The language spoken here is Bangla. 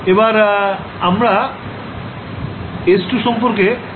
এবার আমরা s2 সম্পর্কে দেখবো